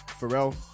Pharrell